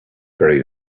buried